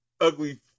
ugly